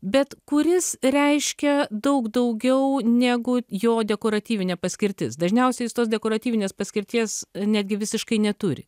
bet kuris reiškia daug daugiau negu jo dekoratyvinė paskirtis dažniausiai jis tos dekoratyvinės paskirties netgi visiškai neturi